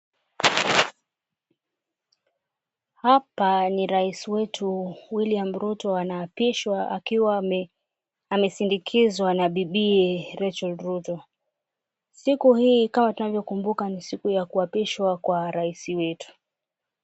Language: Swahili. Hapa ni rais wetu William Ruto anaapishwa akiwa amesindikizwa na bibiye Rachel Ruto. Siku hii kama tunavyokumbuka ni siku ya kuapishwa kwa rais wetu.